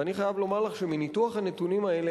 ואני חייב לומר לך שמניתוח הנתונים האלה